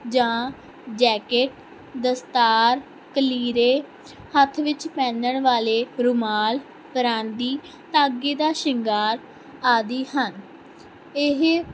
ਜਾਂ ਜੈਕਟ ਦਸਤਾਰ ਕਲੀਰੇ ਹੱਥ ਵਿੱਚ ਪਹਿਨਣ ਵਾਲੇ ਰੁਮਾਲ ਪਰਾਂਦੀ ਧਾਗੇ ਦਾ ਸ਼ਿੰਗਾਰ ਆਦਿ ਹਨ ਇਹ